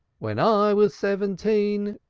when i was seventeen,